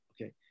Okay